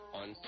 on